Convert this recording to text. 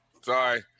sorry